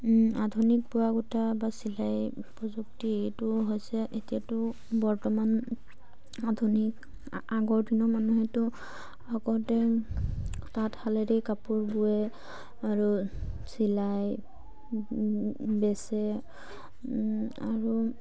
আধুনিক বোৱা গোঁঠা বা চিলাই প্ৰযুক্তি এইটো হৈছে এতিয়াতো বৰ্তমান আধুনিক আগৰ দিনৰ মানুহেতো আগতে তাঁতশালেৰে কাপোৰ বোৱে আৰু চিলাই বেচে আৰু